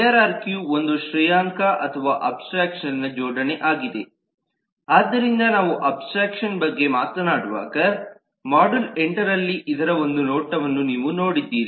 ಹೈರಾರ್ಖಿಯು ಒಂದು ಶ್ರೇಯಾಂಕ ಅಥವಾ ಅಬ್ಸ್ಟ್ರಾಕ್ಷನ್ನ ಜೋಡಣೆ ಆಗಿದೆ ಆದ್ದರಿಂದ ನಾವು ಅಬ್ಸ್ಟ್ರಾಕ್ಷನ್ ಬಗ್ಗೆ ಮಾತನಾಡುವಾಗ ಮಾಡ್ಯೂಲ್ 8ರಲ್ಲಿ ಇದರ ಒಂದು ನೋಟವನ್ನು ನೀವು ನೋಡಿದ್ದೀರಿ